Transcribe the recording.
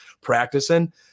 practicing